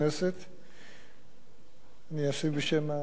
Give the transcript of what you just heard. אני אשיב בשם השר לביטחון פנים, מאה אחוז.